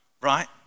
Right